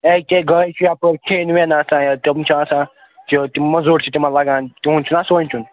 ہے یہِ کہِ گایہِ چھُ یپٲرۍ کھٮ۪ن وٮ۪ن آسان تِم چھِ آسان موٚزوٗر چھِ تِمن لگان تِہُنٛد چھُنَہ سوںٛچُن